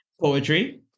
poetry